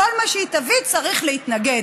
כל מה שהיא תביא, צריך להתנגד.